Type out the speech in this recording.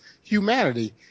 humanity